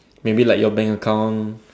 maybe like your bank account